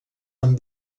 amb